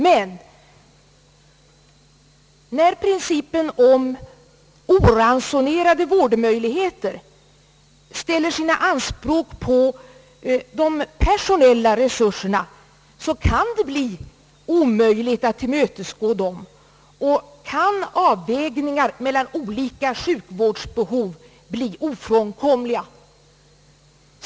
Men när principen om oransonerade vårdmöjligheter ställer sina anspråk på de personella resurserna kan det bli omöjligt att tillmötesgå dem, och avvägningar mellan olika sjukvårdsbehov kan bli ofrånkomliga.